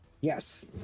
yes